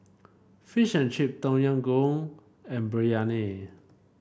Fish and Chip Tom Yam Goong and Biryani